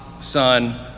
son